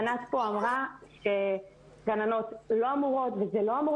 ענת פה אמרה שגננות לא אמורות וזה לא אמור